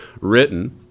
written